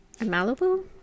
Malibu